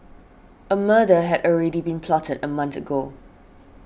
a murder had already been plotted a month ago